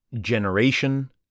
Generation